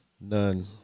None